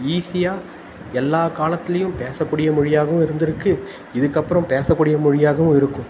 ஈஸியாக எல்லா காலத்திலேயும் பேசக்கூடிய மொழியாகவும் இருந்திருக்குது இதுக்கப்புறம் பேசக்கூடிய மொழியாகவும் இருக்கும்